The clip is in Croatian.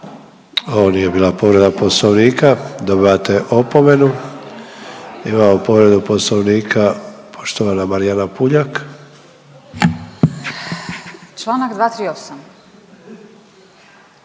Ovo nije bila povreda poslovnika dobivate opomenu. Imamo povredu poslovnika poštovana Marijana Puljak. **Puljak,